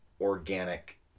organic